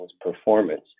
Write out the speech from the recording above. performance